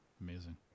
Amazing